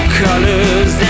colors